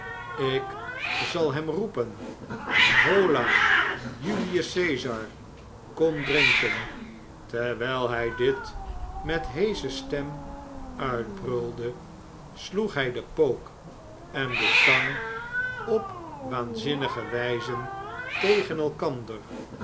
ik zal hem roepen hola julius cesar kom drinken terwyl hy dit met heesche stem uitbrulde sloeg hy den pook en de tang op waanzinnige wyze tegen elkander